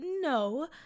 No